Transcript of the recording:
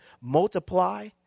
multiply